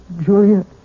Julia